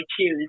choose